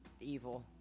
evil